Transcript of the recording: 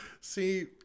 See